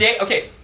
okay